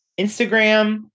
Instagram